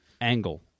angle